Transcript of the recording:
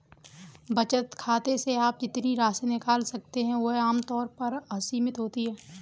बचत खाते से आप जितनी राशि निकाल सकते हैं वह आम तौर पर असीमित होती है